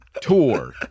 tour